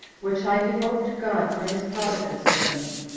which i devote to god for his providence over me.